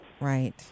right